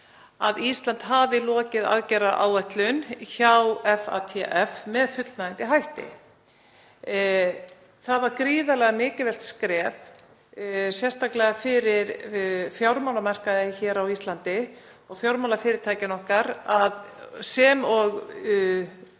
Það var gríðarlega mikilvægt skref, sérstaklega fyrir fjármálamarkaðinn hér á Íslandi og fjármálafyrirtækin okkar sem og